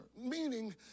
meaning